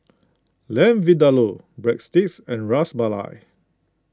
Lamb Vindaloo Breadsticks and Ras Malai